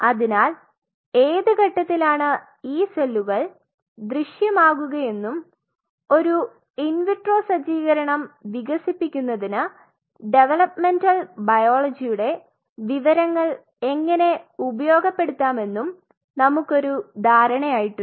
അതിനാൽ ഏത് ഘട്ടത്തിലാണ് ഈ സെല്ലുകൾ ദൃശ്യമാകുകയെന്നും ഒരു ഇൻ വിട്രോ സജ്ജീകരണം വികസിപ്പിക്കുന്നതിന് ഡെവലൊപ്മെന്റൽ ബയോളജിയുടെ വിവരങ്ങൾ എങ്ങനെ ഉപയോഗപ്പെടുത്താമെന്നും നമ്മുക്കൊരു ധാരണയായിട്ടുണ്ട്